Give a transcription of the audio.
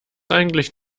eigentlich